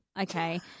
okay